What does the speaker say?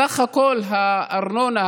סך הכול הארנונה,